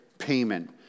payment